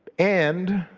and